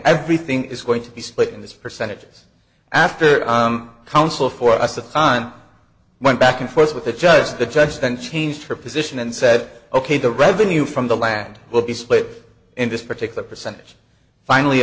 everything is going to be split in this percentages after counsel for us the time went back and forth with the judge the judge then changed her position and said ok the revenue from the land will be split in this particular percentage finally